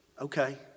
okay